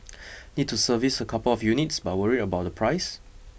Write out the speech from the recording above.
need to service a couple of units but worried about the price